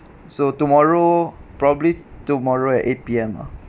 so tomorrow probably tomorrow at eight P_M ah